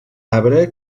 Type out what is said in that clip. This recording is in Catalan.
arbre